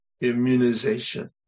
Immunization